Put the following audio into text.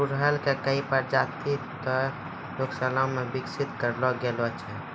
गुड़हल के कई प्रजाति तॅ प्रयोगशाला मॅ विकसित करलो गेलो छै